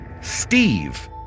Steve